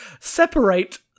separate